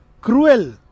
cruel